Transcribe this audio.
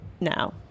now